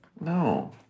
No